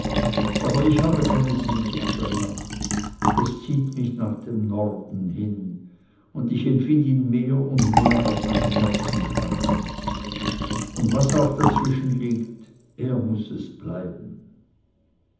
aber ich habe keine sehnsucht danach es zieht mich nach dem norden hin und ich empfind ihn mehr und mehr als meine herzensheimat und was auch dazwischen liegt er muß es bleiben